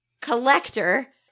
collector